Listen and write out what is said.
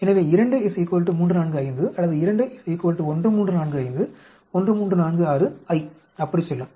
எனவே 2 345 அல்லது 2 1345 1346 I அப்படி செல்லும்